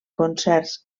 concerts